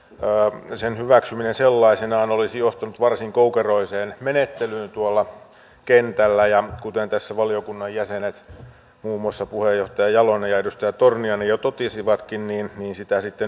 sen hyväksyminen sellaisenaan olisi johtanut varsin koukeroiseen menettelyyn tuolla kentällä ja kuten tässä valiokunnan jäsenet muun muassa puheenjohtaja jalonen ja edustaja torniainen jo totesivatkin niin sitä sitten yksinkertaistettiin